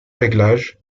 réglages